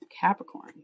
Capricorn